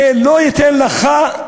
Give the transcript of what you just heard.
זה לא ייתן לך,